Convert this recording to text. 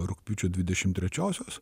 rugpjūčio dvidešim trečiosios